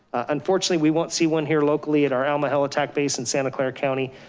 unfortunately we won't see one here locally at our alma helitack base in santa clara county,